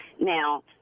Now